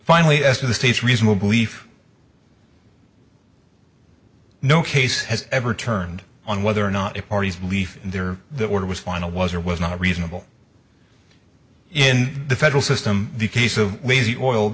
finally as to the state's reasonable belief no case has ever turned on whether or not a party's belief there the order was final was or was not reasonable in the federal system the case of lazy oil